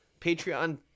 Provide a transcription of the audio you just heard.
Patreon